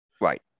Right